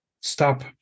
stop